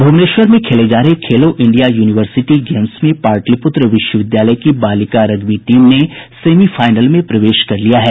भुवनेश्वर में खेले जा रहे खेलो इंडिया यूनिवर्सिटी गेम्स में पाटलिपुत्र विश्वविद्यालय की बालिका रग्बी टीम ने सेमीफाइनल में प्रवेश कर लिया है